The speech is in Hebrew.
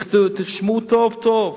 תרשמו טוב-טוב.